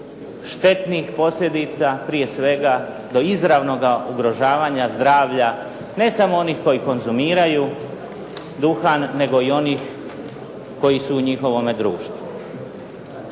štetnih posljedica prije svega do izravnoga ugrožavanja zdravlja ne samo onih koji konzumiraju duhan nego i onih koji su u njihovome društvu.